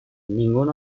ningún